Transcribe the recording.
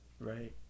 Right